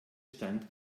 stand